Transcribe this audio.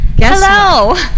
hello